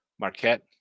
Marquette